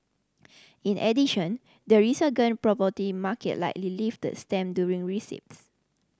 in addition the resurgent property market likely lifted stamp during receipts